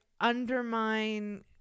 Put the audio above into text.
undermine